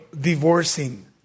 divorcing